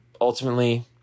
ultimately